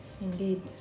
indeed